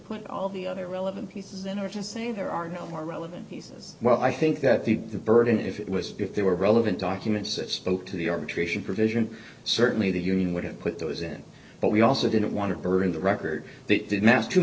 put all the other relevant pieces in or just saying there are no more relevant pieces well i think that the burden if it was if they were relevant documents that spoke to the arbitration provision certainly the union would have put those in but we also didn't want to burden the record they didn't ask to